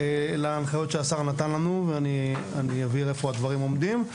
להנחיות שהשר נתן לנו ואני אבהיר איפה הדברים עומדים,